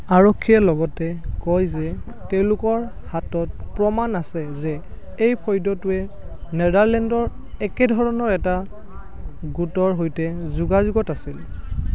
আৰক্ষীয়ে লগতে কয় যে তেওঁলোকৰ হাতত প্ৰমাণ আছে যে এই ফৈদটোৱে নেদাৰলেণ্ডৰ একেধৰণৰ এটা গোটৰ সৈতে যোগাযোগত আছিল